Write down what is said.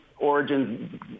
origins